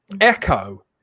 echo